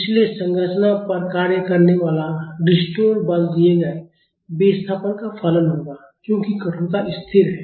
इसलिए संरचना पर कार्य करने वाला रिस्टोर बल दिए गए विस्थापन का फलन होगा क्योंकि कठोरता स्थिर है